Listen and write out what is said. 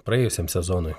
praėjusiam sezonui